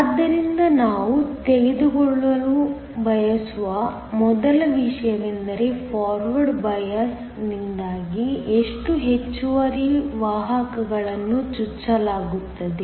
ಆದ್ದರಿಂದ ನಾವು ತಿಳಿದುಕೊಳ್ಳಲು ಬಯಸುವ ಮೊದಲ ವಿಷಯವೆಂದರೆ ಫಾರ್ವರ್ಡ್ ಬಯಾಸ್ ನಿಂದಾಗಿ ಎಷ್ಟು ಹೆಚ್ಚುವರಿ ವಾಹಕಗಳನ್ನು ಚುಚ್ಚಲಾಗುತ್ತದೆ